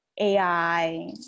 AI